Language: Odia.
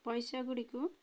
ପଇସାଗୁଡ଼ିକୁ